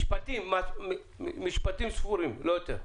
משפטים ספורים, לא יותר.